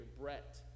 Brett